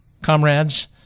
Comrades